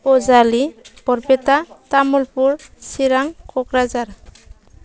Bajali Barpeta Tamulpur Chirang Kokrajhar